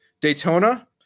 daytona